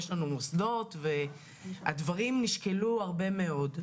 יש לנו מוסדות והדברים נשקלו הרבה מאוד.